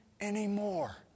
anymore